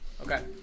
Okay